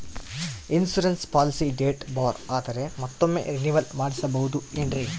Insurance policy date ಬಾರ್ ಆದರೆ ಮತ್ತೊಮ್ಮೆ ರಿನಿವಲ್ ಮಾಡಿಸಬಹುದೇ ಏನ್ರಿ?